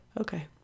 Okay